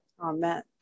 amen